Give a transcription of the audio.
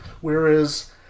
Whereas